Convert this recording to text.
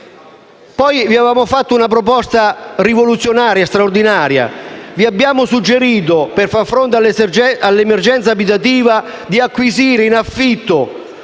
Vi abbiamo fatto una proposta rivoluzionaria, straordinaria. Vi abbiamo suggerito, per far fronte all'emergenza abitativa, di acquisire in affitto